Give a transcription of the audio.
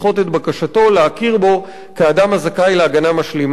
בקשתו להכיר בו כאדם הזכאי להגנה משלימה,